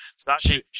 Sasha